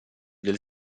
del